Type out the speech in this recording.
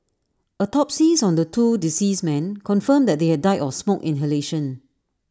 autopsies on the two deceased men confirmed that they had died of smoke inhalation